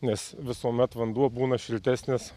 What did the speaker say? nes visuomet vanduo būna šiltesnis